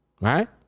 right